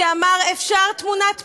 שאמר: אפשר תמונת פנים,